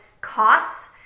costs